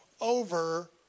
over